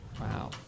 Wow